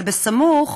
אבל סמוך